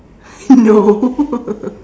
no